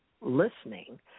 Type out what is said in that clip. listening